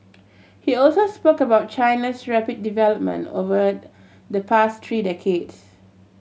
he also spoke about China's rapid development over the past three decades